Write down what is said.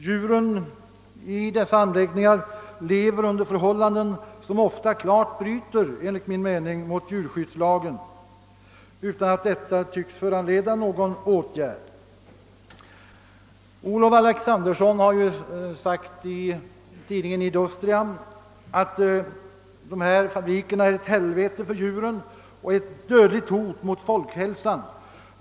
Djuren i dessa fabriker lever under förhållanden som enligt min mening ofta strider mot djurskyddslagens bestämmelser, utan att detta tycks föranleda någon åtgärd. Olof Alexandersson har i tidningen Industria skrivit att djurfabrikerna är ett helvete för djuren och ett dödligt hot mot folkhälsan.